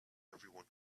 everyone